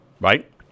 right